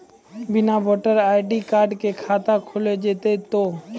बिना voter ID card के खाता खुल जैते तो?